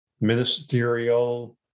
ministerial